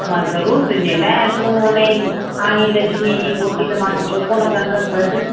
मां ज़रूर तुंहिंजे लाइ तू उनजी आहे लक्ष्मी जी पोटी त मां छो को न कंदसि घटि